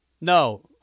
No